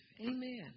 Amen